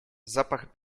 zapach